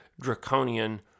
draconian